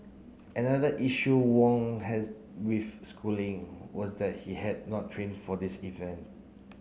another issue Wong had with schooling was that he had not trained for this event